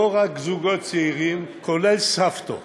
לא רק זוגות צעירים, כולל סבתות